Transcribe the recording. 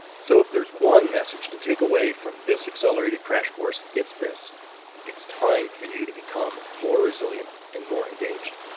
so if there's one message to take away from this accelerated crash course, it's this it's time for you to become more resilient and more engaged.